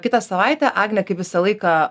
kitą savaitę agnė kaip visą laiką